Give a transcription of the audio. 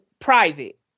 private